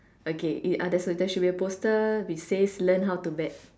okay it ya there should be a poster which says learn how to bet